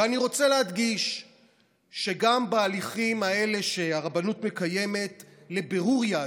ואני רוצה להדגיש שגם בהליכים האלה שהרבנות מקיימת לבירור יהדות,